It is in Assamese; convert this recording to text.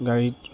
গাড়ীত